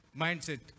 mindset